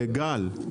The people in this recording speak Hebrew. גל,